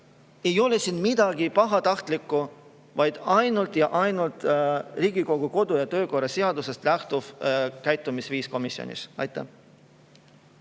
ei ole midagi pahatahtlikku, vaid ainult ja ainult Riigikogu kodu‑ ja töökorra seadusest lähtuv komisjoni käitumisviis. Aitäh!